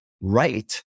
right